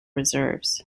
reserves